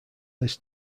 this